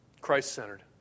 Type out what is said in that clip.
Christ-centered